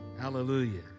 hallelujah